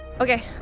Okay